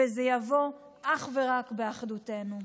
וזה יבוא אך ורק באחדותנו.